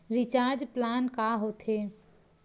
Recharge plan का होथे?